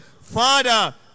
Father